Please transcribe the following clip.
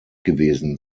gewesen